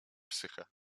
psyche